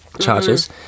charges